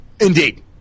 Indeed